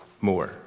more